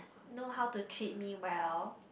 know how to treat me well